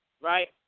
Right